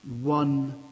one